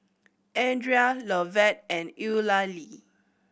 Andria Lovett and Eulalie